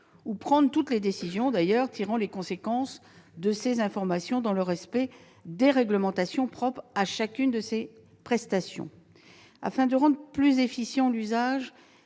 ou prendre toutes les décisions tirant les conséquences de ces informations, dans le respect des réglementations propres à chacune de ces prestations. Afin de rendre plus efficient l'usage